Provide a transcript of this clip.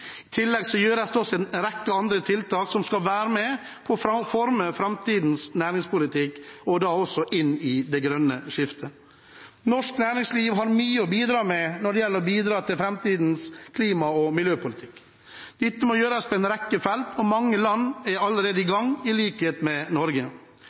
I tillegg gjøres det en rekke andre tiltak som skal være med på å forme framtidens næringspolitikk – også inn i det grønne skiftet. Norsk næringsliv har mye å bidra med i framtidens klima- og miljøpolitikk. Dette må gjøres på en rekke felt. Mange land er allerede i gang, i likhet med Norge.